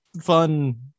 fun